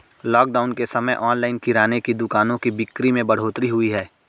lockdown के समय online किराने की दुकानों की बिक्री में बढ़ोतरी हुई है